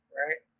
right